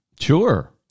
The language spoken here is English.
Sure